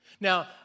Now